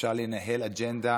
אפשר לנהל אג'נדה